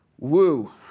Woo